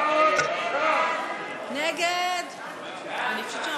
סעיף תקציבי 83,